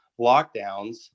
lockdowns